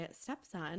stepson